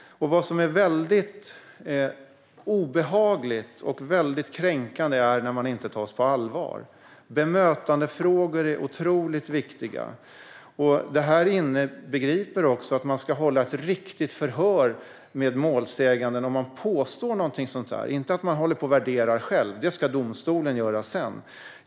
Det som är väldigt obehagligt och kränkande är att inte tas på allvar. Bemötandefrågor är otroligt viktiga. Det inbegriper också att det ska hållas ett riktigt förhör med målsäganden om något sådant här påstås. Man ska inte hålla på och värdera själv. Det ska domstolen göra sedan.